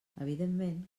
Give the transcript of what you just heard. evidentment